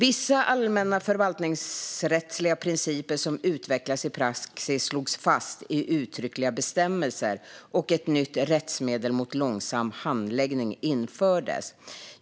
Vissa allmänna förvaltningsrättsliga principer som utvecklats i praxis slogs fast i uttryckliga bestämmelser, och ett nytt rättsmedel mot långsam handläggning infördes.